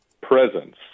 presence